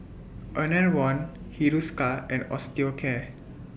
Enervon Hiruscar and Osteocare